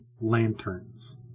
lanterns